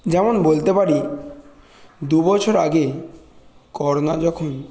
যেমন বলতে পারি দুবছর আগে করোনা যখন